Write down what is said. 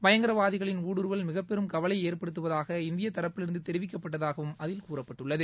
பயங்கரவாதிகளின் ஊடுறுவல் மிகப்பெரும் கவலையை ஏற்படுத்துவதாக இந்திய தரப்பிலிருந்து தெரிவிக்கப்பட்டதாகவும் அதில் கூறப்பட்டுள்ளது